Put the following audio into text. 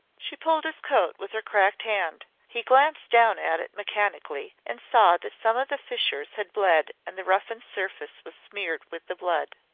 she pulled his coat with her cracked hand. he glanced down at it mechanically, and saw that some of the fissures had bled and the roughened surface was smeared with the blood.